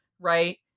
right